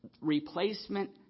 replacement